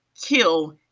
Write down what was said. kill